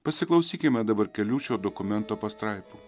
pasiklausykime dabar kelių šio dokumento pastraipų